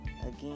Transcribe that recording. again